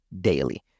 daily